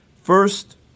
First